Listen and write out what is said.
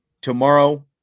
tomorrow